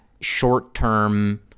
short-term